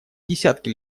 десятки